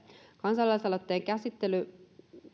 kansalaisaloitteen käsittely otettiin